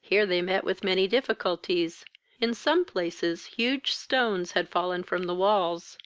here they met with many difficulties in some places huge stones had fallen from the walls